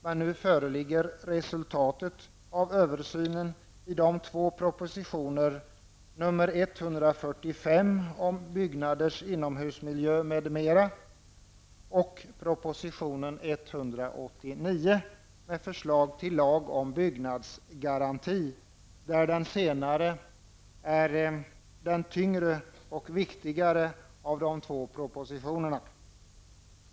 Men nu föreligger resultatet av översynen i två propositioner, nr 145 om byggnaders inomhusmiljö m.m. och nr 189 med förslag till lag om byggnadsgaranti, av vilka den senare är den tyngre och viktigare av de två.